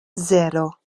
sero